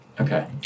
Okay